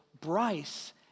Bryce